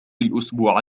الأسبوع